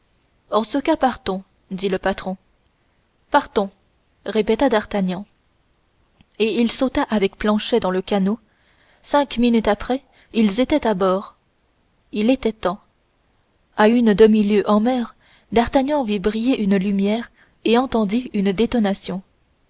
en ce cas partons dit le patron partons répéta d'artagnan et il sauta avec planchet dans le canot cinq minutes après ils étaient à bord il était temps à une demi-lieue en mer d'artagnan vit briller une lumière et entendit une détonation